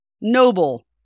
noble